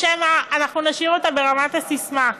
או שמא אנחנו נשאיר אותה ברמת הססמה?